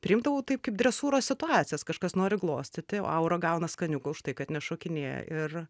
priimdavau tai kaip dresūros situacijas kažkas nori glostyti o aura gauna skaniukų už tai kad nešokinėja ir